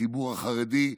לציבור החרדי,